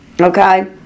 okay